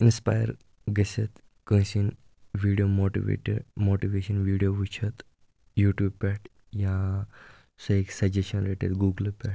inspire گٔژھِتھ کٲنٛسہِ ہٕنٛدِ ویٖڈیو ماٹِویٹہٕ ماٹِویشَن ویٖڈیو وُچھِتھ یوٗ ٹیوٗب پٮ۪ٹھ یا سُہ ہیٚکہِ سَجَشَن رٔٹِتھ گوٗگلہٕ پٮ۪ٹھ